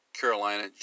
Carolina